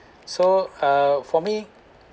so uh for me